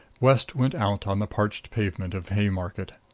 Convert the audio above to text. west went out on the parched pavement of haymarket.